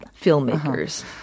filmmakers